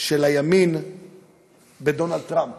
של הימין בדונלד טראמפ